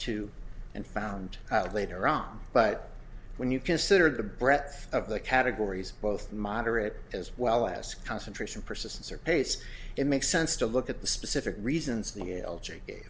two and found out later on but when you consider the breath of the categories both moderate as well as concentration persistence or pace it makes sense to look at the specific reasons the